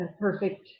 perfect